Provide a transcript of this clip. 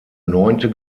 neunte